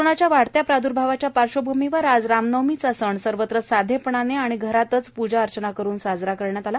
कोरोनाच्या वाढत्या प्रादुर्भावाच्या पार्शवभूमीवर आज राम नवमीचा सण सर्वत्र साधेपणाने आणि घरातच पूजा अर्चना करून साजरा करण्यात आला